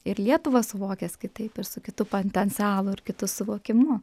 ir lietuvą suvokęs kitaip ir su kitu potencialu ir kitu suvokimu